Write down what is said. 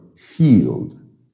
healed